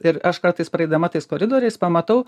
ir aš kartais praeidama tais koridoriais pamatau